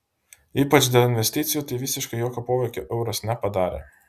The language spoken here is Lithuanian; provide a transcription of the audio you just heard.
ypač dėl investicijų tai visiškai jokio poveikio euras nepadarė